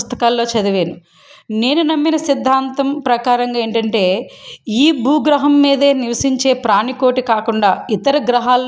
పుస్తకాలలో చదివాను నేను నమ్మిన సిద్ధాంతం ప్రకారంగా ఏంటంటే ఈ భూ గ్రహం మీద నివసించే ప్రాణికోటి కాకుండా ఇతర గ్రహాలలో